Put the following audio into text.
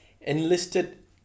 enlisted